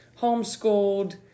homeschooled